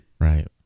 Right